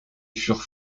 furent